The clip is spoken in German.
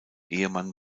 ehemann